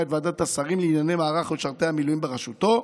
את ועדת השרים לענייני מערך משרתי המילואים בראשותו,